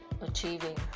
achieving